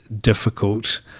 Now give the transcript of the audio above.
difficult